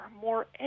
more